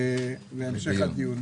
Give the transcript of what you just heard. להמשך הדיון.